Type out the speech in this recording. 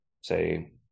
say